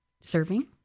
serving